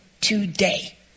today